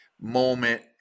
moment